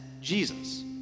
Jesus